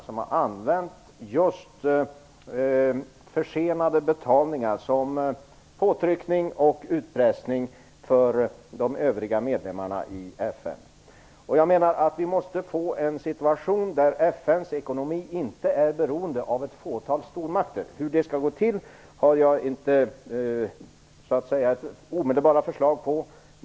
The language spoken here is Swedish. De använder försenade betalningar som påtryckning på och utpressning mot de övriga medlemmarna i FN. Jag menar att vi måste få till stånd en situation där FN:s ekonomi inte är beroende av ett fåtal stormakter. Hur det skall gå till har jag inte omedelbart något förslag på.